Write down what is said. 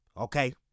okay